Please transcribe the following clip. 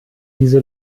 diese